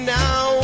now